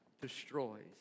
destroys